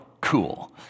cool